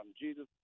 Jesus